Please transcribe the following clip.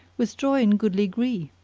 with joy and goodly gree,